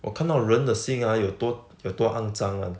我看到人的心 ah 有多有多肮脏 one